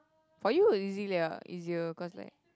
for you easy lah easier cause like